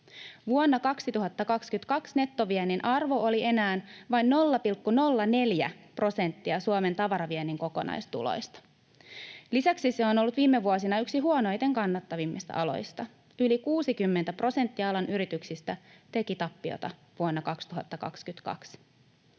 Vuonna 2022 nettoviennin arvo oli enää vain 0,04 prosenttia Suomen tavaraviennin kokonaistuloista. Lisäksi se on ollut viime vuosina yksi huonoiten kannattavista aloista: yli 60 prosenttia alan yrityksistä teki tappiota vuonna 2022.